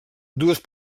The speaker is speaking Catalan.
dues